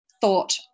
thought